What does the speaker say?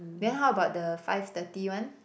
then how about the five thirty one